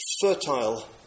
fertile